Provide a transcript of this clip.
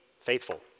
faithful